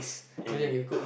and